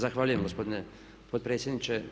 Zahvaljujem gospodine potpredsjedniče.